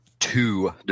Two